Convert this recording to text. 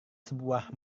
sebuah